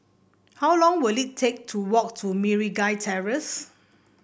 how long will it take to walk to Meragi Terrace